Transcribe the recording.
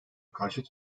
karşıt